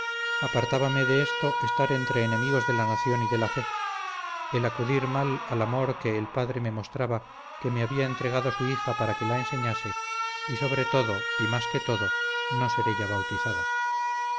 apartabame de esto estar entre enemigos de la nación y de la fe el acudir mal al amor que el padre me mostraba que me había entregado su hija para que la enseñase y sobre todo y más que todo no ser ella bautizada